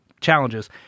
challenges